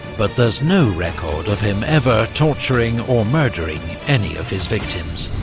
but there's no record of him ever torturing or murdering any of his victims.